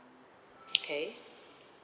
okay